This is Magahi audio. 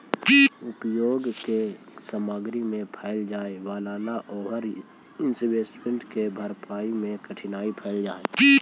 उपभोग के सामग्री में कैल जाए वालला ओवर इन्वेस्टमेंट के भरपाई में कठिनाई होवऽ हई